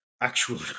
actual